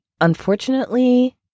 unfortunately